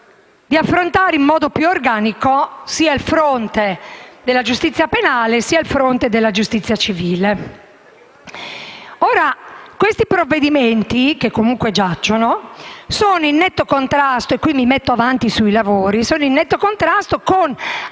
di affrontare in modo più organico sia il fronte della giustizia penale, che quello della giustizia civile. Questi provvedimenti, che comunque giacciono, sono in netto contrasto - e mi metto avanti sui lavori - con altri provvedimenti.